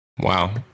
Wow